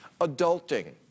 adulting